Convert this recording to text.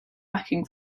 backing